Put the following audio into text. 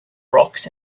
rocks